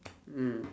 mm